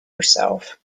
herself